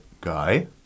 guy